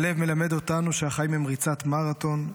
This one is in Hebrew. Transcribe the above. שליו מלמד אותנו שהחיים הם ריצת מרתון,